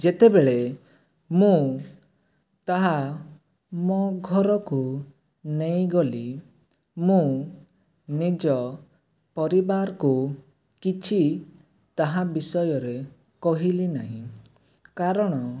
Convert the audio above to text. ଯେତେବେଳେ ମୁଁ ତାହା ମୋ ଘରକୁ ନେଇଗଲି ମୁଁ ନିଜ ପରିବାରକୁ କିଛି ତାହା ବିଷୟରେ କହିଲି ନାହିଁ କାରଣ